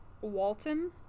Walton